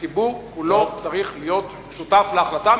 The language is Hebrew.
הרגע עומד להגיע וברגע הזה הציבור כולו צריך להיות שותף להחלטה,